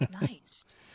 Nice